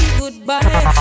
goodbye